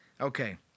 Okay